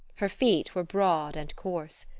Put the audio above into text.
her feet were broad and coarse.